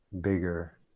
bigger